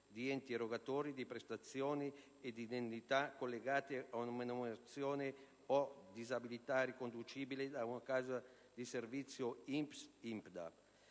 di enti erogatori di prestazioni ed indennità collegate ad una menomazione e/o disabilità riconducibile ad una causa di servizio (INPS, INPDAP).